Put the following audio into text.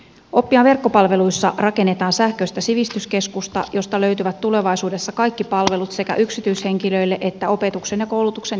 oppijan verkkopalveluissa rakennetaan sähköistä sivistyskeskusta josta löytyvät tulevaisuudessa kaikki palvelut sekä yksityishenkilöille että opetuksen ja koulutuksen järjestäjille